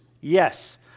yes